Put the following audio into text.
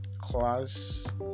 class